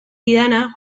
didana